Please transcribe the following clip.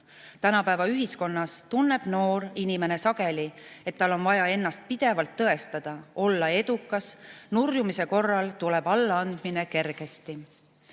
Tänapäeva ühiskonnas tunneb noor inimene sageli, et tal on vaja ennast pidevalt tõestada, olla edukas. Nurjumise korral tuleb allaandmine kergesti.